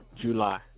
July